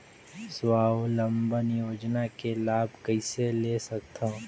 स्वावलंबन योजना के लाभ कइसे ले सकथव?